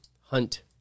hunt